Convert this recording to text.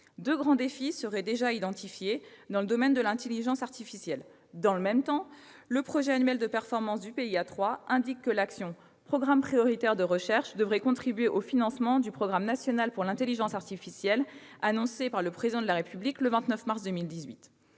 deux grands défis seraient déjà identifiés dans le domaine de l'intelligence artificielle. Dans le même temps, le projet annuel de performance du PIA 3 indique que l'action Programmes prioritaires de recherche devrait contribuer au financement du programme national pour l'intelligence artificielle, annoncé par le Président de la République le 29 mars 2018.